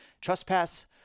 trespass